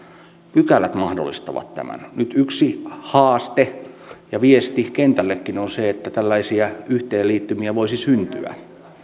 pykälät mahdollistavat tämän nyt yksi haaste ja viesti kentällekin on se että tällaisia yhteenliittymiä voisi syntyä